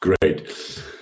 Great